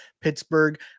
Pittsburgh